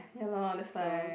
ya lor that's why